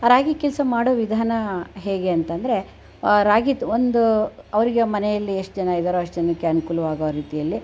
ಆ ರಾಗಿ ಕೀಲ್ಸಾ ಮಾಡೋ ವಿಧಾನ ಹೇಗೆ ಅಂತಂದರೆ ಆ ರಾಗಿ ಒಂದು ಅವರಿಗೆ ಮನೆಯಲ್ಲಿ ಎಷ್ಟು ಜನ ಇದ್ದಾರೋ ಅಷ್ಟು ಜನಕ್ಕೆ ಅನುಕೂಲವಾಗೋ ರೀತಿಯಲ್ಲಿ